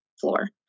floor